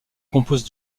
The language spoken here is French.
compose